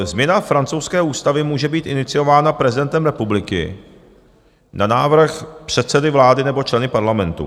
Změna francouzské ústavy může být iniciována prezidentem republiky na návrh předsedy vlády nebo členy parlamentu.